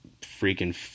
freaking